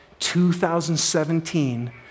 2017